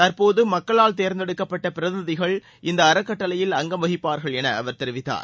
தற்போது மக்களால் தேர்ந்தெடுக்கப்பட்ட பிரதிநிதிகள் இந்த அறக்கட்டளையில் அங்கம் வகிப்பார்கள் என அவர் தெரிவித்தார்